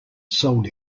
sold